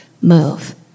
move